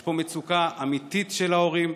יש פה מצוקה אמיתית של ההורים.